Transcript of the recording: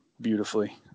beautifully